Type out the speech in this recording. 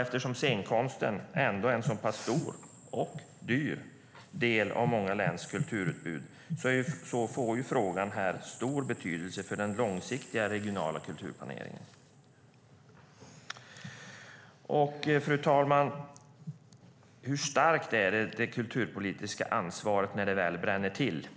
Eftersom scenkonsten är en så pass stor och dyr del av många läns kulturutbud får frågan stor betydelse för den långsiktiga regionala kulturplaneringen. Fru talman! Hur starkt är det kulturpolitiska ansvaret när det väl bränner till?